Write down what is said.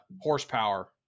horsepower